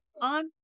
on